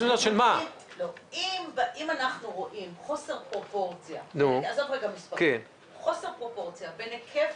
אם אנחנו רואים חוסר פרופורציה בין היקף